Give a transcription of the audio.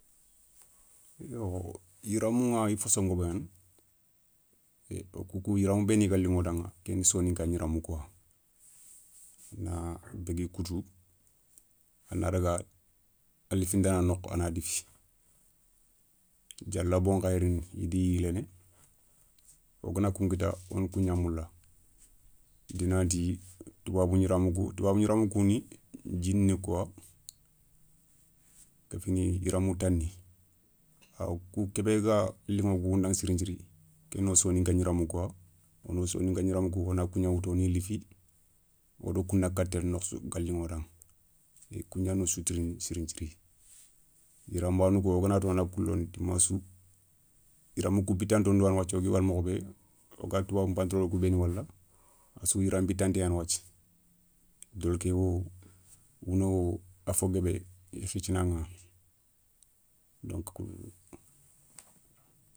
Yoo yiramouηa i fasson nguobo gnani wo koukou yiramou bééni ga liηo daηa ké ni sooninka gniramou kouwa, na bégui koutou a na daga a lifi ndana nokhou a na lifi, dialabo nkay rini idiyi yiléné, wogana kou nkitta wona kougna moula dinanti toubabou gniramou kou. Toubabou gniramou kou ni djine ni kouwa kéfini yiramou tani. kha wo kou ké bé gua liηo kou da siri nthiri kéno soninka gniramou kouwa. wono soninka gniramou kou, wona kou gna woutou woni lifi wodo kou na katéle nokhou sou ga liηo daηa. kou gnano soutourin sirin nthiri, yiran banou kou woganato na kou londi dimassou yiramou kou bitanto ndou yani wathia, wogui wala mokho bé, woga toubabou npantalo ni kou béni wala a sou yiran bitanté yaani wathia. Dolké wo, wouno wo, a fo guébé i khitchi naηa. Donkou.